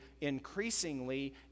increasingly